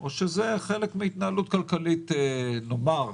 או שזה חלק מהתנהלות כלכלית נאמר